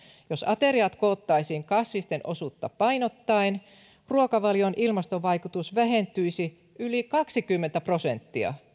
jos ateriat koottaisiin kasvisten osuutta painottaen ruokavalion ilmastovaikutus vähentyisi yli kaksikymmentä prosenttia